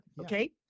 okay